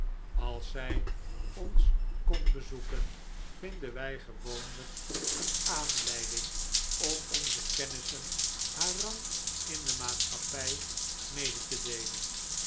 als zij ons komt bezoeken vinden wij gewoonlijk een aanleiding om onze kennissen haar rang in de maatschappij mede te deelen